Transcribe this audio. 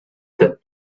that